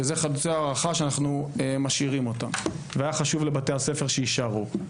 שאלה חלוצי הערכה שאנחנו משאירים והיה חשוב לבתי הספר שיישארו.